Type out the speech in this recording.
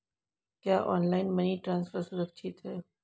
क्या online money transfer सुरक्षित है?